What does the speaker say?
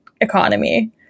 economy